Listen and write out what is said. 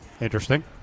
Interesting